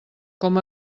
com